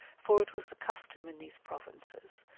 for it was the custom in these provinces,